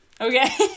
Okay